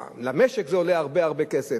ולמשק זה עולה הרבה הרבה כסף,